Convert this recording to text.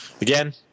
Again